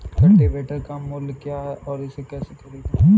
Cultivator का मूल्य क्या है और इसे कैसे खरीदें?